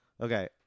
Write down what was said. Okay